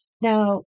Now